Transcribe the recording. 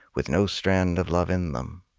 with no strand of love in them.